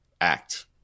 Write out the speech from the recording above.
act